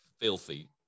filthy